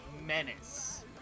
menace